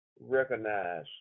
Recognize